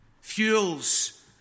fuels